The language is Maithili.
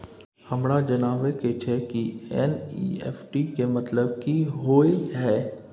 हमरा जनबा के छै की एन.ई.एफ.टी के मतलब की होए है?